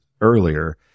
earlier